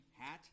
hat